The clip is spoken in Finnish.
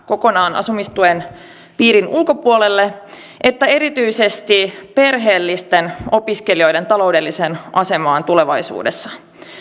kokonaan asumistuen piirin ulkopuolelle että erityisesti perheellisten opiskelijoiden taloudelliseen asemaan tulevaisuudessa